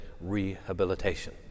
rehabilitation